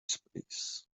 space